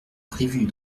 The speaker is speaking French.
prévues